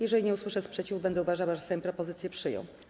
Jeżeli nie usłyszę sprzeciwu, będę uważała, że Sejm propozycję przyjął.